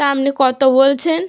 তা আপনি কত বলছেন